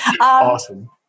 Awesome